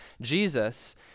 Jesus